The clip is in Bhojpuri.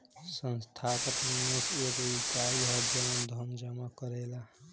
संस्थागत निवेशक एगो इकाई ह जवन धन जामा करेला